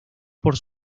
por